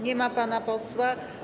Nie ma pana posła.